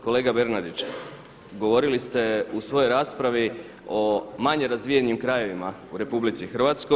Kolega Bernardić, govorili ste u svojoj raspravi o manje razvijenim krajevima u RH.